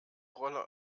rolle